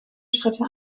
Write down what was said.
schritte